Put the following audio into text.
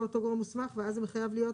אותו גורם מוסמך ואז הוא מחייב להיות